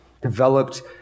developed